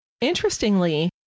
Interestingly